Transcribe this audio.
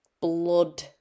blood